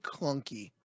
clunky